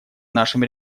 нашем